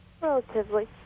Relatively